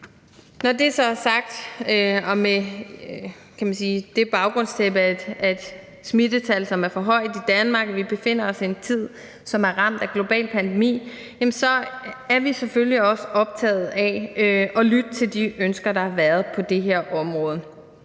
Når det så er sagt og med det baggrundstæppe, at smittetallet er for højt i Danmark, og at vi befinder os i en tid, som er ramt af global pandemi, er vi selvfølgelig optaget af at lytte til de ønsker, der har været på det her område.